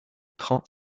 prend